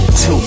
Two